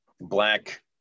black